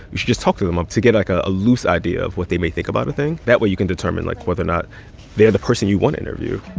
you should just talk to them to get, like, ah a loose idea of what they may think about a thing. that way, you can determine, like, whether or not they're the person you want to interview